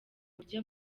uburyo